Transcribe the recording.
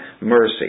mercy